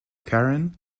karen